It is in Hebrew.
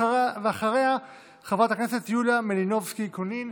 אחריה, חברת הכנסת יוליה מלינובסקי קונין.